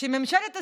שממשלת ישראל,